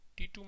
t2